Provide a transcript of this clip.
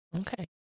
Okay